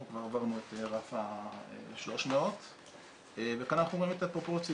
אנחנו כבר עברנו את רף ה-300 וכאן באמת הפרופורציות.